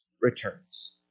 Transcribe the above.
returns